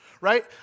right